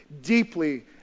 deeply